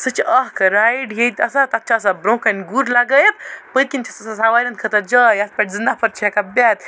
سُہ چھ اکھ رایڈ ییٚتہ آسان تتھ چھ آسان برونٛہہ کنہ گُر لَگٲیِتھ پٔتکِن چھَس سان سواریٚن خٲطرٕ جاے یتھ پیٚٹھ زٕ نَفَر چھِ ہیٚکان بِہِتھ